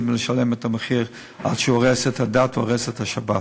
מלשלם את המחיר על שהוא הורס את הדת והורס את השבת.